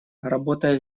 работая